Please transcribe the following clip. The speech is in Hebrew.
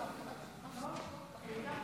לוי,